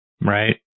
Right